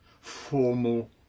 formal